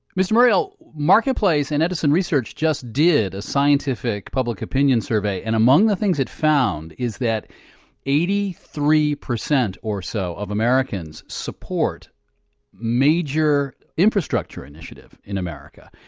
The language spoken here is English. mr. morial, marketplace and edison research just did a scientific public opinion survey, and among the things it found is that eighty three percent so of americans support major infrastructure initiative in america.